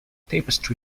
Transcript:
tapestry